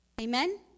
Amen